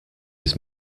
his